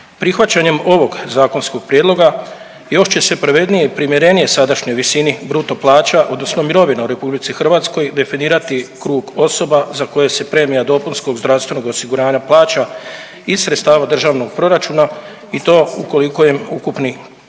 Prihvaćanjem ovog zakonskog prijedloga još će se pravednije i primjerenije sadašnjoj visini bruto plaća, odnosno mirovina u Republici Hrvatskoj definirati krug osoba za koje se premija dopunskog zdravstvenog osiguranja plaća iz sredstava državnog proračuna i to ukoliko je ukupni